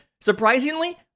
surprisingly